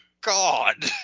God